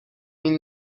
این